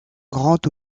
grand